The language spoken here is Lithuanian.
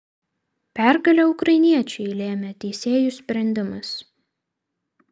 pergalę ukrainiečiui lėmė teisėjų sprendimas